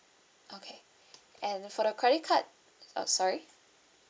okay and for the credit card uh sorry